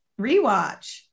rewatch